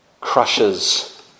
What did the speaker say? crushes